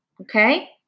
Okay